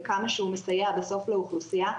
וכמה שהוא מסייע בסוף לאוכלוסייה,